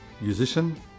Musician